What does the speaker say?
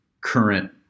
current